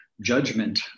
judgment